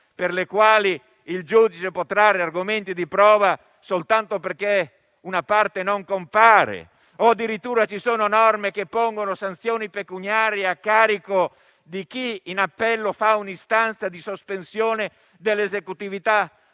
per le quali il giudice può trarre argomenti di prova soltanto perché una parte non compare. Addirittura ci sono norme che pongono sanzioni pecuniarie, fino a 10.000 euro, a carico di chi in appello fa un'istanza di sospensione dell'esecutività